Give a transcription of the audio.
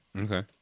Okay